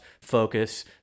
Focus